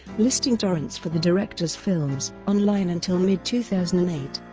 listing torrents for the director's films, online until mid two thousand and eight.